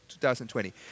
2020